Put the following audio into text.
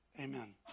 Amen